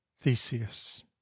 theseus